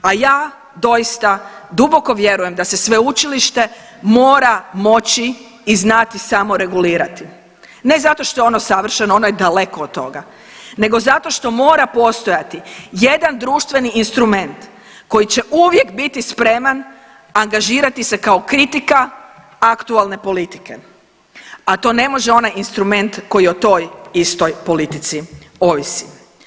A ja doista duboko vjerujem da se sveučilište mora moći i znati samoregulirati, ne zato što je ono savršeno, ono je daleko od toga, nego zato što mora postojati jedan društveni instrument koji će uvijek biti spreman angažirati se kao kritika aktualne politike, a to ne može onaj instrument koji o toj istoj politici ovisi.